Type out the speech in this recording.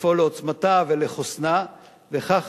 לפעול לעוצמתה ולחוסנה, וכך